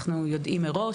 אנחנו יודעים מראש.